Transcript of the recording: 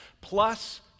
plus